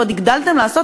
ועוד הגדלתם לעשות,